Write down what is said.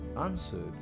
answered